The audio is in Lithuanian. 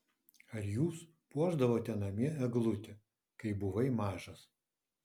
ar jūs puošdavote namie eglutę kai buvai mažas